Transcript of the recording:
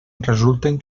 resulten